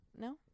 no